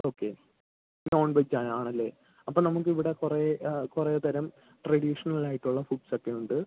okay non veg ആണല്ലേ അപ്പോൾ നമുക്കിവിടെ കുറേ ആ കുറേ തരം ട്രഡീഷണലായിട്ടുള്ള ഫുഡ്സൊക്കെ ഉണ്ട്